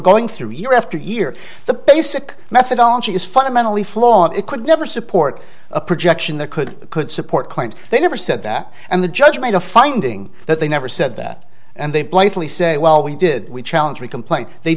going through year after year the basic methodology is fundamentally flawed it could never support a projection that could could support claims they never said that and the judge made a finding that they never said that and they blithely say well we did we challenge the complaint they